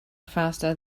faster